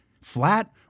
Flat